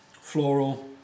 floral